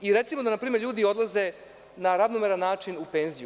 I recimo da npr. ljudi odlaze na ravnomeran način u penziju.